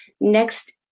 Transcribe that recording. next